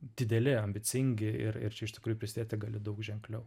dideli ambicingi ir ir čia iš tikrųjų prisidėti gali daug ženkliau